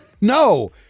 No